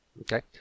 Okay